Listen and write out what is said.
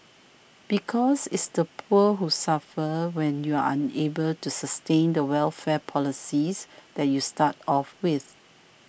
because it's the poor who suffer when you're unable to sustain the welfare policies that you start off with